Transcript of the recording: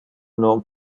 non